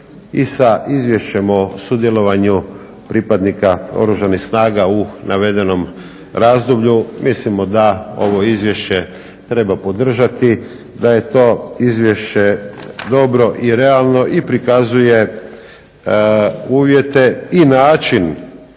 i sa Izvješćem o sudjelovanju pripadnika Oružanih snaga u navedenom razdoblju. Mislimo da ovo izvješće treba podržati, da je to izvješće dobro i realno i prikazuje uvjete i način